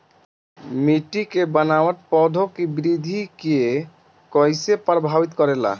मिट्टी के बनावट पौधों की वृद्धि के कईसे प्रभावित करेला?